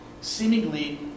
seemingly